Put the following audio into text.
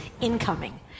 incoming